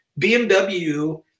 BMW